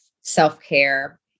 self-care